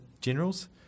generals